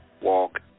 walk